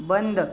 बंद